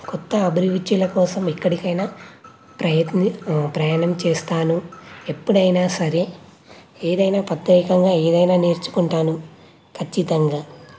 క్రొత్త అభిరుచుల కోసం ఎక్కడికైనా ప్రయత్ని ప్రయాణం చేస్తాను ఎప్పుడైనా సరే ఏదైనా ప్రత్యేకంగా ఏదైనా నేర్చుకుంటాను ఖచ్చితంగా